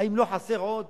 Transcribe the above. האם לא חסר עוד?